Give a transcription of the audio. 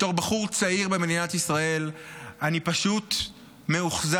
בתור בחור צעיר במדינת ישראל: אני פשוט מאוכזב